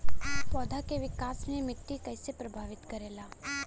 पौधा के विकास मे मिट्टी कइसे प्रभावित करेला?